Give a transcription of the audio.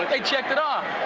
they checked it off.